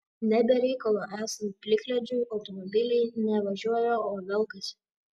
ne be reikalo esant plikledžiui automobiliai ne važiuoja o velkasi